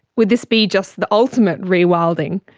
would this be just the ultimate rewilding?